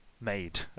made